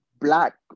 black